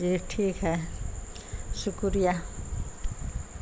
جی ٹھیک ہے شکریہ